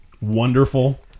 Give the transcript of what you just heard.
wonderful